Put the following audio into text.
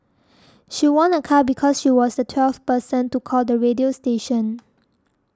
she won a car because she was the twelfth person to call the radio station